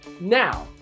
Now